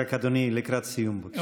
רק אדוני לקראת סיום, בבקשה.